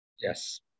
Yes